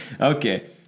Okay